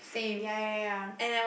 ya ya ya